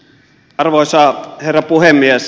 arvoisa herra puhemies